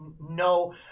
No